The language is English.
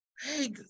hey